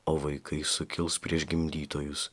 o vaikai sukils prieš gimdytojus